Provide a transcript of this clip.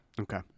Okay